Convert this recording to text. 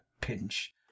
Pinch